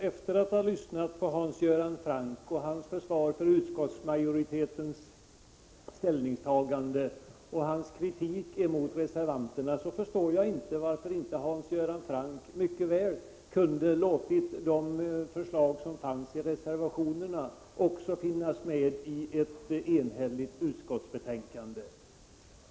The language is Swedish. Efter att ha lyssnat på Hans Göran Franck, hans försvar för utskottsmajoritetens ställningstagande och hans kritik mot reservanterna förstår jag inte varför han inte kunde ha låtit också förslagen i reservationerna ingå i ett enhälligt utskottsbetänkande.